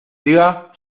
diga